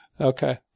Okay